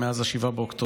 מאז 7 באוקטובר.